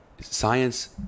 science